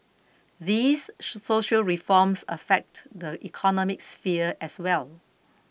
these social reforms affect the economic sphere as well